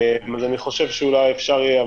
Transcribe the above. אני חושב שאולי אפשר יהיה,